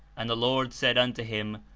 and the lord said unto him,